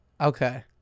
Okay